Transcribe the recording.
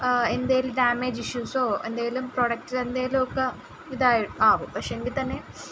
എന്തെങ്കിലും ഡാമേജ് ഇഷ്യൂസോ എന്തെങ്കിലും പ്രോഡക്റ്റ് എന്തെങ്കിലുമൊക്കെ ഇതായി ആവും പക്ഷേ എങ്കിൽ തന്നെ